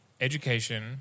education